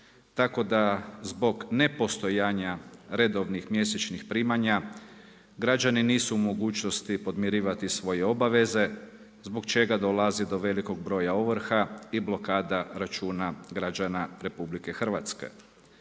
tako da zbog nepostojanja redovnih mjesečnih primanja građani nisu u mogućnosti podmirivati svoje obaveze, zbog čega dolazi do velikog broja ovrha i blokada računa građana RH. Također